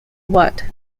what